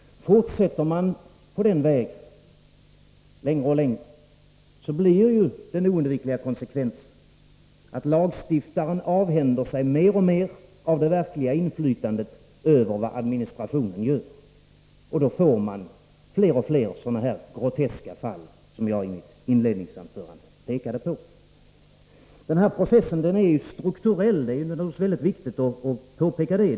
Fortsätter man allt längre på den vägen, blir den oundvikliga konsekvensen att lagstiftaren avhänder sig mer och mer av det verkliga inflytandet över vad administrationen gör, och då får man allt fler sådana groteska fall som jag i mitt inledningsanförande pekade på. Den här processen är strukturell — det är viktigt att påpeka det.